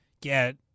get